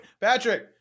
Patrick